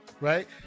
right